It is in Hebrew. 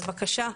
בבקשה.